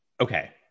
Okay